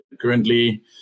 currently